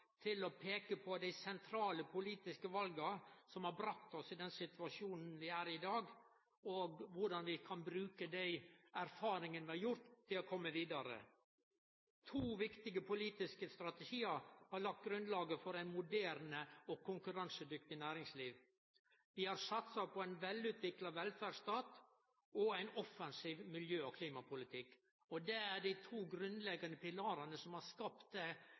til å peike på dei sentrale politiske vala som har brakt oss i den situasjonen vi er i i dag, og korleis vi kan bruke dei erfaringane vi har gjort, til å komme vidare. To viktige politiske strategiar har lagt grunnlaget for eit moderne og konkurransedyktig næringsliv. Vi har satsa på ein velutvikla velferdsstat og ein offensiv miljø- og klimapolitikk – det er dei to grunnleggjande pilarane som har skapt det